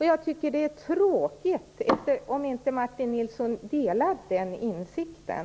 Jag tycker att det är tråkigt om inte Martin Nilsson delar den insikten.